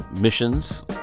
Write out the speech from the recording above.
missions